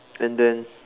and then